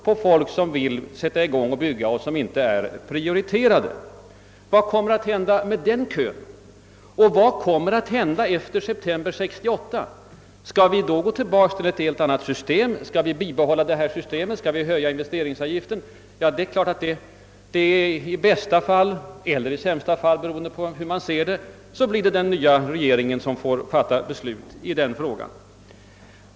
Vad kommer att hända med den kön i september 1968, och vad kommer att hända efter detta datum? Skall vi då gå tillbaka till ett helt annat system eller skall vi behålla in vesteringsavgiften och kanske höja den? I bästa fall — eller i sämsta, beroende på hur man ser det — blir det en ny regering som får fatta beslut i den frågan.